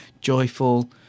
joyful